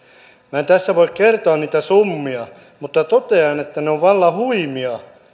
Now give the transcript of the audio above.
minä en tässä voi kertoa niitä summia mutta totean että ne ovat vallan huimia